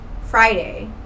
friday